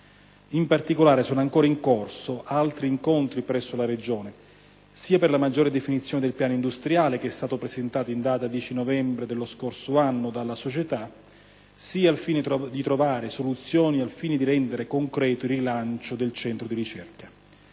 In particolare, sono ancora in corso altri incontri presso la Regione, sia per la maggior definizione del piano industriale, che è stato presentato in data 10 novembre 2009 dalla società, sia per trovare soluzioni al fine di rendere concreto il rilancio del centro di ricerca.